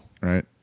Right